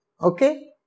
Okay